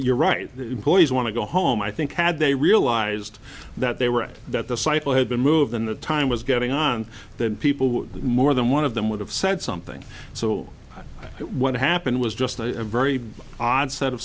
you're right employees want to go home i think had they realized that they were at the the cycle had been moved in that time was getting on the people who more than one of them would have said something so what happened was just a very odd set of